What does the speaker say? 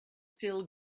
still